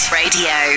radio